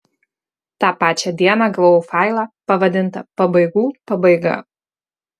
tą pačią dieną gavau failą pavadintą pabaigų pabaiga